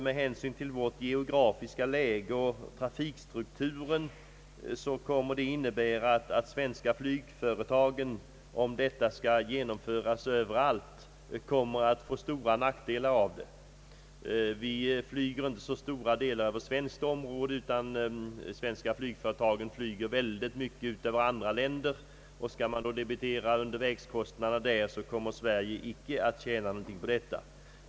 Med hänsyn till vårt geografiska läge och trafikstrukturen skulle ett genomförande av tanken innebära att de svenska flygföretagen överallt får stora nackdelar av det. De svenska flygföretagen flyger mycket över andra länder, jämförelsevis litet över svenskt område. Skall man då debitera undervägskostnaderna i andra länder kommer Sverige icke att tjäna någonting på detta.